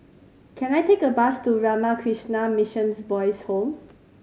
can I take a bus to Ramakrishna Mission Boys' Home